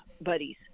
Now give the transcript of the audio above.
buddies